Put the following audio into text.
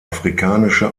afrikanische